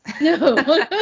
No